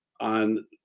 on